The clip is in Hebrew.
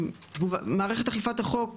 מערכת אכיפת החוק,